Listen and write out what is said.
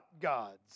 gods